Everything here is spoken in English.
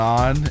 on